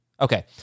Okay